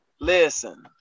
Listen